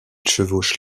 chevauche